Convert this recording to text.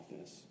office